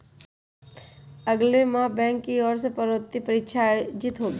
अगले माह बैंक की ओर से प्रोन्नति परीक्षा आयोजित होगी